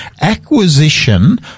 Acquisition